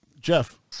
Jeff